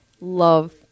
love